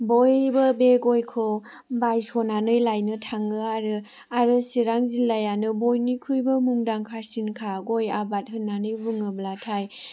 बयबो बे गयखौ बायस'नानै लायनो थाङो आरो आरो चिरां जिल्लायानो बयनिख्रुइबो मुंदांखासिनखा गय आबाद होननानै बुङोब्लाथाय